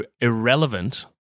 irrelevant